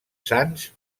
sants